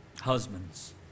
Husbands